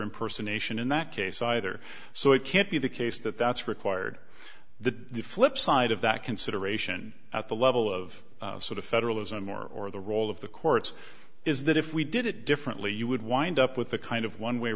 in person a sion in that case either so it can't be the case that that's required the flip side of that consideration at the level of sort of federalism or the role of the courts is that if we did it differently you would wind up with the kind of one way